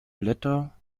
blätter